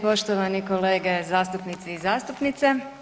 Poštovani kolege zastupnici i zastupnice.